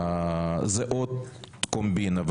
זה עוד קומבינה.